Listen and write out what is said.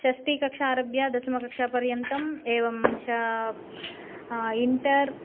षष्टिकक्षा आरभ्य दशमकक्षापर्यन्तम् एवं च इन्टर्